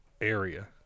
area